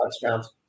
touchdowns